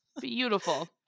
beautiful